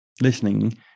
listening